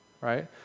right